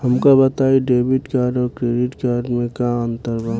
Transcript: हमका बताई debit card और क्रेडिट कार्ड में का अंतर बा?